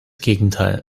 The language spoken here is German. gegenteil